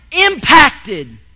impacted